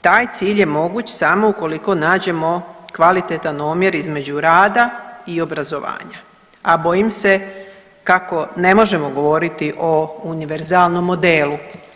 taj cilj je moguć samo ukoliko nađemo kvalitetan omjer između rada i obrazovanja, a bojim se kako ne možemo govoriti o univerzalnom modelu.